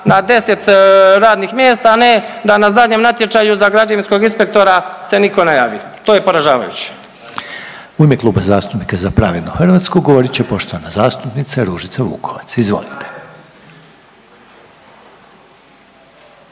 na 10 radnih mjesta, a ne da na zadnjem natječaju za građevinskog inspektora se niko ne javi, to je poražavajuće. **Reiner, Željko (HDZ)** U ime Kluba zastupnika Za pravednu Hrvatsku govorit će poštovana zastupnica Ružica Vukovac, izvolite.